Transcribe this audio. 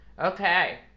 Okay